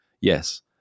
yes